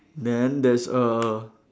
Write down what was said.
then there's a